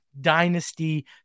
dynasty